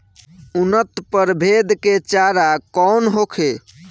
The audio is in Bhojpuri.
उन्नत प्रभेद के चारा कौन होखे?